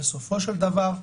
בסופו של דבר,